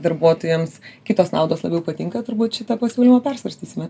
darbuotojams kitos naudos labiau patinka turbūt šitą pasiūlymą persvarstysime